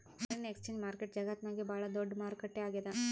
foreign exchange market ಜಗತ್ತ್ನಾಗೆ ಭಾಳ್ ದೊಡ್ಡದ್ ಮಾರುಕಟ್ಟೆ ಆಗ್ಯಾದ